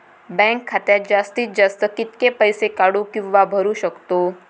Bank खात्यात जास्तीत जास्त कितके पैसे काढू किव्हा भरू शकतो?